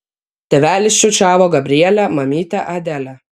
tėvelis čiūčiavo gabrielę mamytė adelę